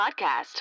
podcast